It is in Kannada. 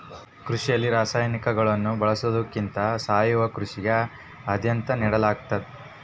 ಕೃಷಿಯಲ್ಲಿ ರಾಸಾಯನಿಕಗಳನ್ನು ಬಳಸೊದಕ್ಕಿಂತ ಸಾವಯವ ಕೃಷಿಗೆ ಆದ್ಯತೆ ನೇಡಲಾಗ್ತದ